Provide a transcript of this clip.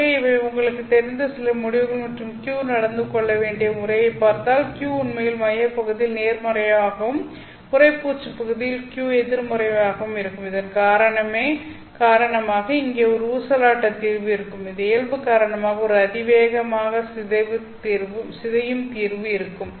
எனவே இவை உங்களுக்குத் தெரிந்த சில முடிவுகள் மற்றும் q நடந்து கொள்ள வேண்டிய முறையைப் பார்த்தால் q உண்மையில் மையப் பகுதியில் நேர்மறையாகவும் உறைப்பூச்சு பகுதியில் q எதிர்மறையாகவும் இருக்கும் இதன் காரணமாக இங்கே ஒரு ஊசலாட்ட தீர்வு இருக்கும் இந்த இயல்பு காரணமாக ஒரு அதிவேகமாக சிதையும் தீர்வு இருக்கும்